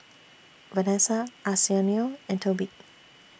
Vanessa Arsenio and Tobi